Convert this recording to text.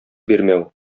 бирмәү